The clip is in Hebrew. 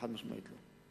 חד-משמעית לא.